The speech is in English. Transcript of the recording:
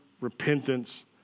repentance